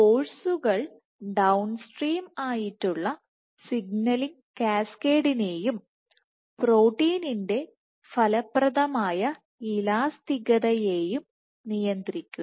ഫോഴ്സുകൾ ഡൌൺസ്ട്രീം ആയിട്ടുള്ള സിഗ്നലിംഗ് കാസ്കേഡിനെയും പ്രോട്ടീന്റെ ഫലപ്രദമായ ഇലാസ്തികതയെയും നിയന്ത്രിക്കുന്നു